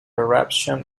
corruption